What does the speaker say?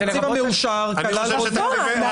זה חירום, רק בחירום.